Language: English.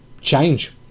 change